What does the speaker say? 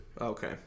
Okay